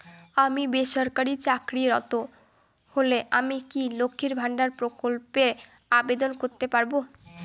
আমি বেসরকারি চাকরিরত হলে আমি কি লক্ষীর ভান্ডার প্রকল্পে আবেদন করতে পারব?